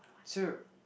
too